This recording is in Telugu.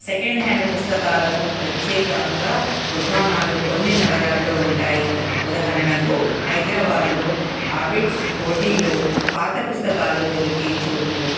సెకండ్ హ్యాండ్ పుస్తకాలకు ప్రత్యేకంగా దుకాణాలు కొన్ని నగరాల్లో ఉంటాయి ఉదాహరణకు హైదరాబాదులో అబిడ్స్ కోటిలో పాత పుస్తకాలు దొరికే చోట్లు